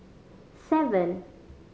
seven